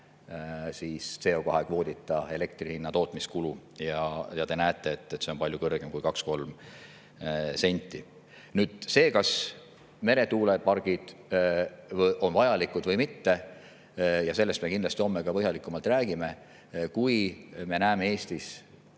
ilma CO2-kvoodita elektri tootmise kulu, ja te näete, et see on palju kõrgem kui 2–3 senti. Sellest, kas meretuulepargid on vajalikud või mitte, me kindlasti homme ka põhjalikumalt räägime. Kui me näeme Eestis